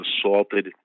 assaulted